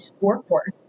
workforce